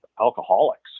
alcoholics